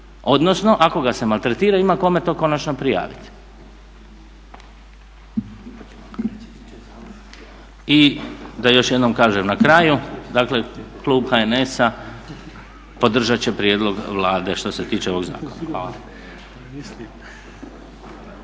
odnosno ako ga se maltretira ima kome to konačno prijaviti. I da još jednom kažem na kraju, dakle klub HNS-a podržat će prijedlog Vlade što se tiče ovog zakona.